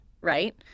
right